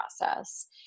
process